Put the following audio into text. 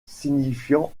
signifiant